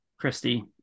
Christy